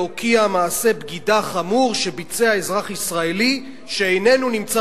להוקיע מעשה בגידה חמור שביצע אזרח ישראלי שאיננו נמצא